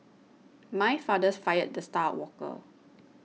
my fathers fired the star worker